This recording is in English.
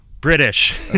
British